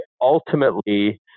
ultimately